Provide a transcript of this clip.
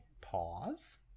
pause